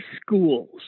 schools